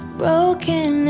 broken